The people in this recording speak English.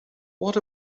what